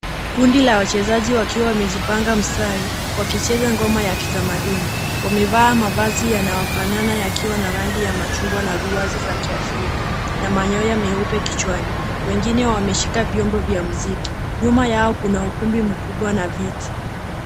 Kundi la wachezaji wakiwa wamejipanga mstari wakicheza ngoma ya kitamaduni. Wamevaa mavazi yanayofanana yakiwa na rangi ya machungwa na ruwaza za kiafrika na manyoya meupe kichwani. Wengine wameshika vyombo vya mziki. Nyuma yao kuna ukumbi mkubwa na viti.